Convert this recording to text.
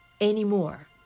anymore